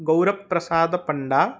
Gaurprasad Panda